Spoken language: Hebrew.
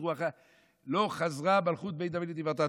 לא חזרה מלכות בית דוד לתפארתה.